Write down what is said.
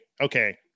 okay